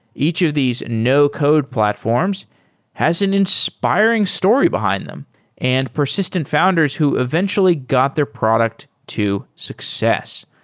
each of these no code platforms has an inspiring story behind them and persistent founders who eventually got their product to success.